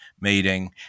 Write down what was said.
meeting